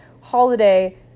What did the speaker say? holiday